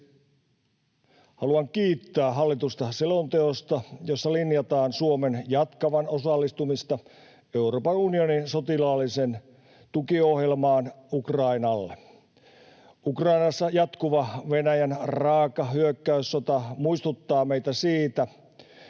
Haluan kiittää hallitusta selonteosta, jossa linjataan Suomen jatkavan osallistumista Euroopan unionin sotilaalliseen tukiohjelmaan Ukrainalle. Ukrainassa jatkuva Venäjän raaka hyökkäyssota muistuttaa meitä siitä, ettei